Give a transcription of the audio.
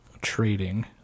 trading